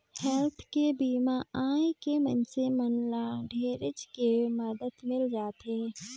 health के बीमा आय ले मइनसे मन ल ढेरेच के मदद मिल जाथे